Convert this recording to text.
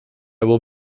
will